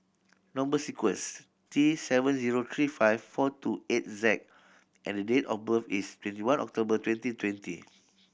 number sequence is T seven zero three five four two eight Z and date of birth is twenty one October twenty twenty